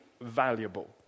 valuable